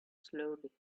slowly